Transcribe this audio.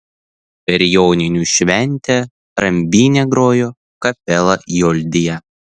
per joninių šventę rambyne grojo kapela joldija